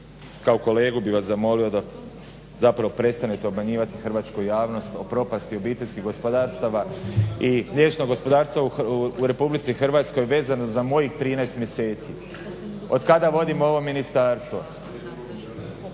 kao kolegu bih vas zamolio da zapravo prestane obmanjivati hrvatsku javnost o propasti obiteljskih gospodarstva i mliječnog gospodarstva u RH vezano za mojih 13 mjeseci. Otkada vodimo ovo ministarstvo.